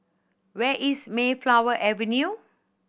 where is Mayflower Avenue